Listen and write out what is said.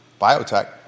Biotech